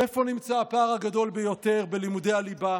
איפה נמצא הפער הגדול ביותר בלימודי הליבה?